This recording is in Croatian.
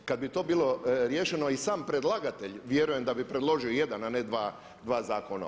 Kad bi to bilo riješeno i sam predlagatelj vjerujem da bi predložio jedan a ne dva zakona.